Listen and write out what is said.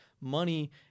money